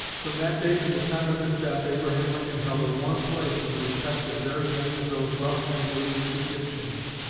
from that day to the time of his death, abraham lincoln held a warm place in the respect of very many of those rough and rude egyptians,